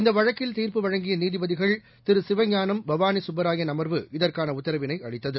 இந்தவழக்கில் வழங்கியநீதிபதிகள் திருசிவஞானம் பவானிசுப்பராயன் அமர்வு இதற்கான உத்தரவினை அளித்தது